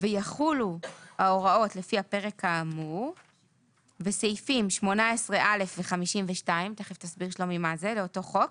ויחולו ההוראות לפי הפרק האמור הסעיפים 18א ו-52 לאותו חוק